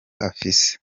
afise